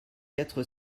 quatre